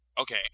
Okay